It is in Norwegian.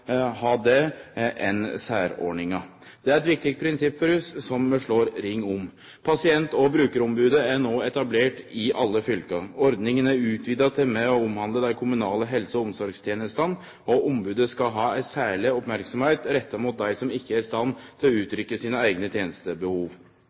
ha det enn særordningar. Det er eit viktig prinsipp for oss som vi slår ring om. Pasient- og brukarombodet er no etablert i alle fylke. Ordninga er utvida til også å omhandle dei kommunale helse- og omsorgstenestene, og ombodet skal ha ei særleg merksemd retta mot dei som ikkje er i stand til å